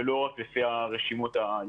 ולא רק לעשות זאת לפי הרשימות הישנות.